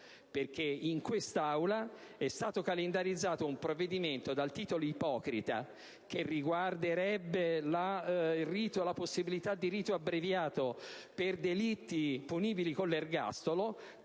dove è stato calendarizzato un provvedimento dal titolo ipocrita, che riguarderebbe l'inapplicabilità del rito abbreviato per delitti punibili con l'ergastolo.